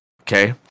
okay